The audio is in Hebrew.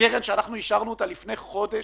בקרן שאנחנו אישרנו אותה לפני חודש,